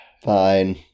Fine